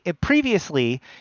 Previously